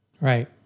Right